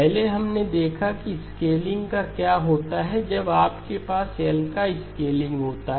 पहले हमने देखा कि स्केलिंग का क्या होता है जब आपके पास L का स्केलिंग होता है